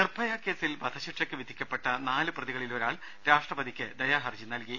നിർഭയ കേസിൽ വധശിക്ഷക്ക് വിധിക്കപ്പെട്ട നാല് പ്രതികളിൽ ഒരാൾ രാഷ്ട്രപതിക്ക് ദയാഹർജി നൽകി